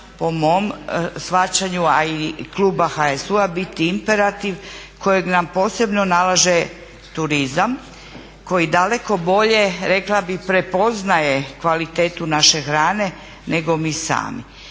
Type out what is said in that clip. po mom shvaćanju a i kluba HSU-a biti imperativ kojeg nam posebno nalaže turizam koji daleko bolje rekla bih prepoznaje kvalitetu naše hrane nego mi sami.